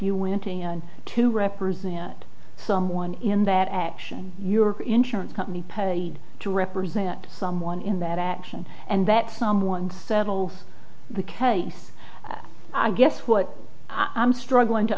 you wanting to represent someone in that action your insurance company paid to represent someone in that action and that someone settled the case i guess what i'm struggling to